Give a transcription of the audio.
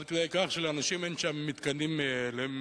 עד כדי כך שלאנשים אין שם מתקנים למים